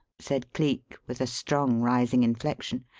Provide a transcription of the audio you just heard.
said cleek, with a strong rising inflection.